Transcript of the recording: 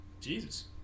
jesus